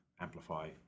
amplify